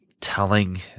telling